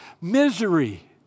misery